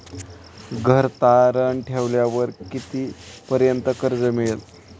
घर तारण ठेवल्यावर कितीपर्यंत कर्ज मिळेल?